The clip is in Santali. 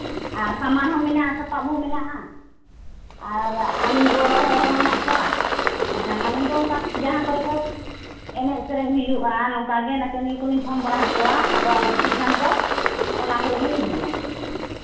ᱟᱨ ᱥᱟᱢᱟᱱ ᱦᱚᱸ ᱢᱮᱱᱟᱜᱼᱟ ᱥᱟᱯᱟᱵ ᱦᱚᱸ ᱢᱮᱱᱟᱜᱼᱟ ᱟᱨ ᱟᱹᱞᱤᱧ ᱜᱚᱲᱚ ᱦᱚᱲ ᱦᱚᱸ ᱢᱮᱱᱟᱜ ᱠᱚᱣᱟ ᱮᱱᱠᱷᱟᱱ ᱟᱹᱞᱤᱧ ᱫᱚ ᱚᱱᱠᱟ ᱡᱟᱦᱟᱸ ᱠᱚᱨᱮ ᱠᱚ ᱮᱱᱮᱡᱼᱥᱮᱨᱮᱧ ᱦᱩᱭᱩᱜᱼᱟ ᱱᱚᱝᱠᱟ ᱜᱮ ᱱᱟᱪᱚᱱᱤᱭᱟᱹ ᱠᱚᱞᱤᱧ ᱯᱷᱳᱱ ᱵᱟᱲᱟ ᱟᱠᱚᱣᱟ ᱟᱠᱚᱣᱟᱜ ᱞᱟᱹᱠᱛᱤ ᱠᱷᱟᱱ ᱫᱚ ᱚᱱᱟ ᱠᱚᱨᱮᱞᱤᱧ ᱤᱫᱤᱭᱟ